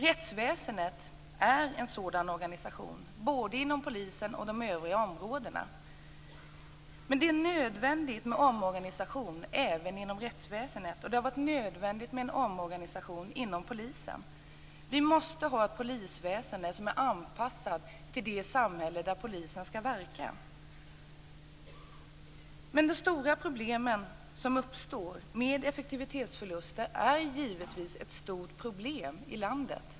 Rättsväsendet är en sådan organisation - både i fråga om polisen och de övriga områdena. Men det är nödvändigt med omorganisation även inom rättsväsendet, och det har varit nödvändigt med en omorganisation inom polisen. Vi måste ha ett polisväsende som är anpassat till det samhälle som polisen skall verka i. De effektivitetsförluster som uppstår är givetvis ett stort problem i landet.